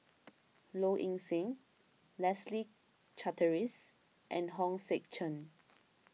Low Ing Sing Leslie Charteris and Hong Sek Chern